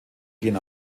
gehen